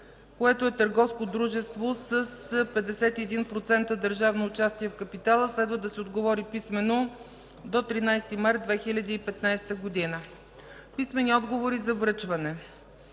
което е търговско дружество с 51% държавно участие в капитала. Следва да се отговори писмено на 13 март 2015 г. Писмени отговори за връчване